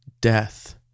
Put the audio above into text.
death